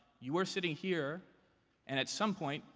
you are sitting here. and at some point,